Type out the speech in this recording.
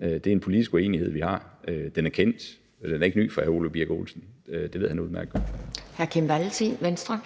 Det er en politisk uenighed, vi har, og den er kendt, og den er ikke ny for hr. Ole Birk Olesen. Det ved han udmærket godt.